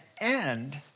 end